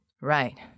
Right